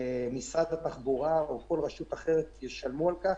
ושמשרד התחבורה או כל רשות אחרת ישלמו על כך,